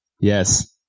Yes